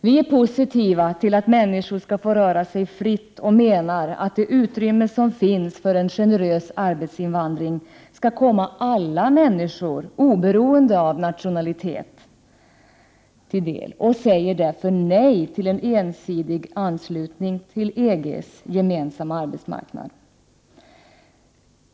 Vi är positiva till att människor skall få röra sig fritt och menar att det utrymme som finns för en generös arbetsinvandring skall komma alla människor till del oberoende av nationalitet och säger därför nej till en ensidig anslutning till gemensam EG-arbetsmarknad.